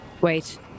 Wait